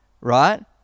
Right